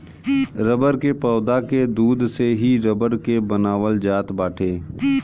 rubber के पौधा के दूध से ही रबर के बनावल जात बाटे